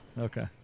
okay